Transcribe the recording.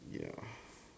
ya